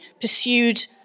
pursued